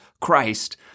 Christ